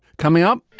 coming up